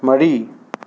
ꯃꯔꯤ